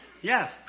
Yes